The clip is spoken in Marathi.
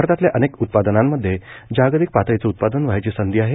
भारतातल्या अनेक उत्पादनांमधे जागतिक पातळीचं उत्पादन व्हायची संधी आहे